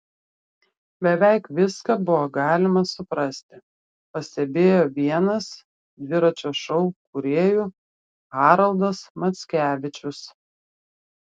beveik viską buvo galima suprasti pastebėjo vienas dviračio šou kūrėjų haroldas mackevičius